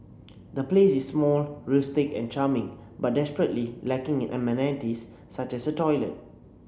the place is small rustic and charming but desperately lacking in amenities such as a toilet